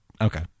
Okay